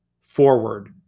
forward